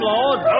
Lord